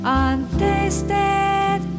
untasted